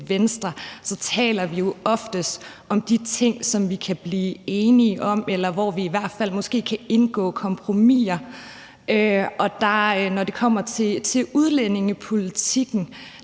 – taler vi jo oftest om de ting, som vi kan blive enige om, eller hvor vi i hvert fald måske kan indgå kompromiser. Og når det kommer til udlændingepolitikken,